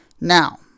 Now